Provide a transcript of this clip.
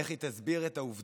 איך היא תסביר את העובדה,